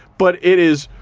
but it is,